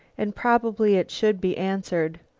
and probably it should be answered.